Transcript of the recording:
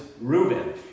Reuben